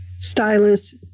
Stylus